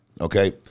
okay